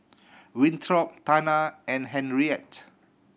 Winthrop Tana and Henriette